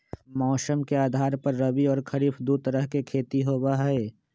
मौसम के आधार पर रबी और खरीफ दु तरह के खेती होबा हई